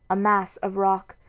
a mass of rock,